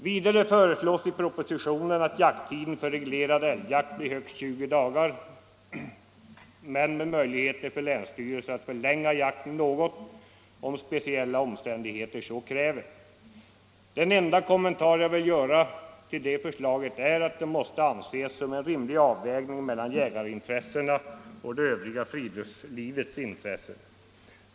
Vidare föreslås i propositionen att jakttiden för reglerad älgjakt blir högst 20 dagar men med möjligheter för länsstyrelserna att förlänga jakten något om speciella omständigheter så kräver. Den enda kommentar jag vill göra till det förslaget är att det måste anses som en rimlig avvägning mellan jägarintressena och det övriga friluftslivets intressen.